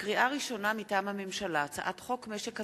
לקריאה ראשונה, מטעם הממשלה: הצעת חוק משק הדלק,